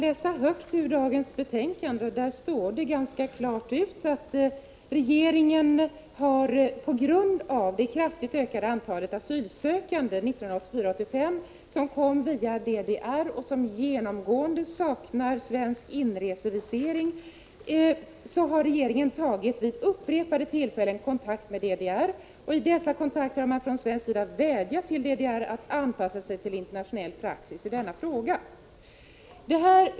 Fru talman! I betänkandet står att regeringen på grund av det kraftigt ökade antalet asylsökande 1984/85 som kom via DDR och som genomgående saknade inresevisering vid upprepade tillfällen har tagit kontakt med DDR. Vid dessa kontakter har man vädjat till DDR att anpassa sig till internationell praxis i denna fråga.